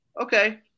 Okay